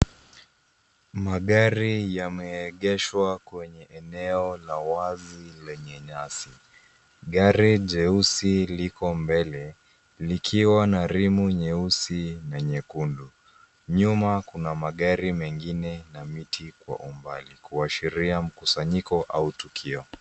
Magari yameegeshwa kwenye eneo la wazi lenye nyasi. Gari jeusi liko mbele, likiwa na rimu nyeusi na nyekundu. Nyuma kuna magari mengine na miti kwa umbali. Kuashiria mkusanyiko au tukio.